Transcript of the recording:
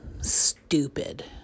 stupid